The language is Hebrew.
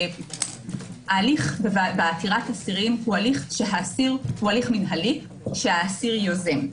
ההליך בעתירת אסירים הוא מינהלי שהאסיר יוזם.